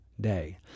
day